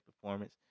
performance